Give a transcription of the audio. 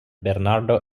bernardo